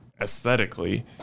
aesthetically